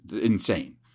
insane